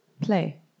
play